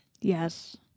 Yes